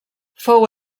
fou